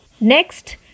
Next